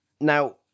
Now